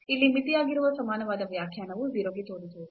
ಇಲ್ಲಿ ಮಿತಿಯಾಗಿರುವ ಸಮಾನವಾದ ವ್ಯಾಖ್ಯಾನವು 0 ಗೆ ತೋರಿಸುವುದು